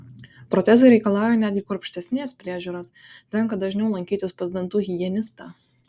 protezai reikalauja netgi kruopštesnės priežiūros tenka dažniau lankytis pas dantų higienistą